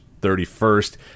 31st